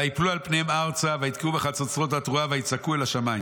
וייפלו על פניהם ארצה ויתקעו בחצוצרות התרועה ויצעקו אל השמים.